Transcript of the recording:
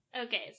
Okay